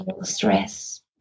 stress